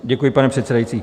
Děkuji, pane předsedající.